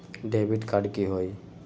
Debit card की होई?